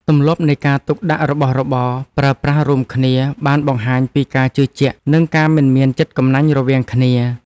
ទម្លាប់នៃការទុកដាក់របស់របរប្រើប្រាស់រួមគ្នា បានបង្ហាញពីការជឿជាក់ និងការមិនមានចិត្តកំណាញ់រវាងគ្នា។